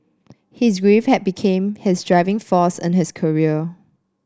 his grief had became his driving force in his career